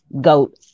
goat